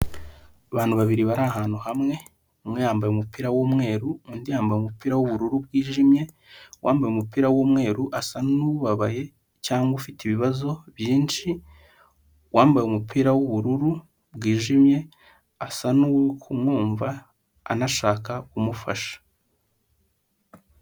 Abantu babiri bari ahantu hamwe, umwe yambaye umupira w'umweru undi yambaye umupira w'ubururu bwijimye, uwambaye umupira w’umweru asa nubabaye cyangwa ufite ibibazo byinshi, uwambaye umupira w'ubururu bwijimye asa nuri kumwumva anashaka kumufasha.